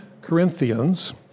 Corinthians